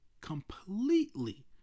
completely